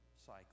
cycle